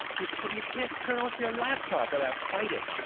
you can't you can't turn off your laptop without fighting,